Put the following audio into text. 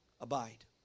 abide